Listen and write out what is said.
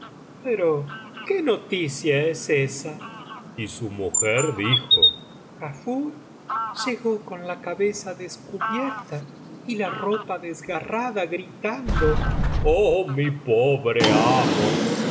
pero qué noticia es esa y su mujer dijo eafur llegó con la cabeza descubierta y la ropa desgarrada gritando oh mi pobre